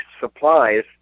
supplies